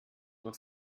noch